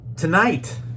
Tonight